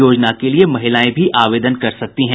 योजना के लिए महिलाएं भी आवेदन कर सकती हैं